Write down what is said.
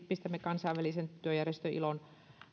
pistämme kansainvälisen työjärjestön ilon